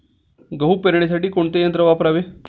गहू पेरणीसाठी कोणते यंत्र वापरावे?